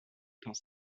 dans